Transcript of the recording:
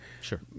Sure